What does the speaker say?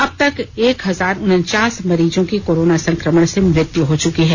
अब तक एक हजार उनचास मरीजों की कोरोना संकमण से मृत्यू हो चुकी है